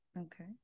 okay